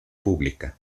pública